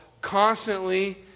constantly